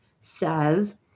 says